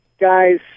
guys